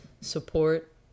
support